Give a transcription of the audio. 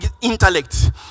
intellect